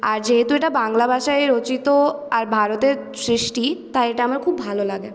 আর যেহেতু এটা বাংলা ভাষায় রচিত আর ভারতের সৃষ্টি তাই এটা আমার খুব ভালো লাগে